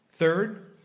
Third